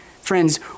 Friends